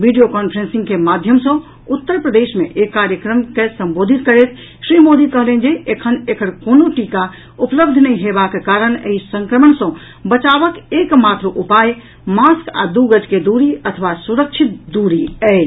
video conferencing के माध्यम सँ उत्तर प्रदेश मे एक कार्यक्रमण के संबोधित करैत श्री मोदी कहलनि जे एखन एकर कोनो टीका उपलब्ध नहि हेबाक कारण एहि संक्रमण सँ बचाबक एक मात्र उपाय मास्क आ दू गज के दूरी अथवा सुरक्षित दूरी अछि